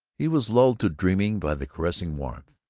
he was lulled to dreaming by the caressing warmth.